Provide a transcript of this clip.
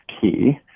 key